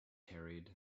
carried